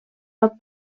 pot